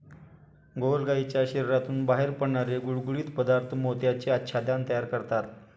गोगलगायीच्या शरीरातून बाहेर पडणारे गुळगुळीत पदार्थ मोत्याचे आच्छादन तयार करतात